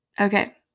Okay